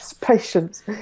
Patience